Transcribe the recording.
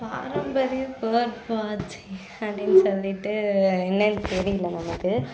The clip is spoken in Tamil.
பாரம்பரிய பேர்ட் வாட்சிங் அப்படின்னு சொல்லிட்டு என்னென்று தெரியலை நமக்கு